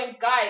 guys